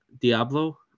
diablo